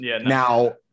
Now